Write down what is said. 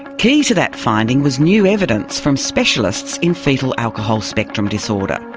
key to that finding was new evidence from specialists in foetal alcohol spectrum disorder.